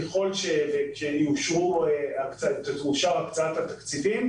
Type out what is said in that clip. ככל שתאושר הקצאת התקציב,